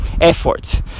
effort